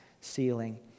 ceiling